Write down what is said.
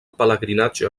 pelegrinatge